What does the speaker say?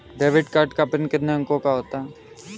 Debit card का pin कितने अंकों का होता है?